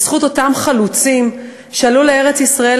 בזכות אותם חלוצים שעלו לארץ-ישראל,